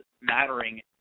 mattering